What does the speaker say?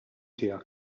tiegħek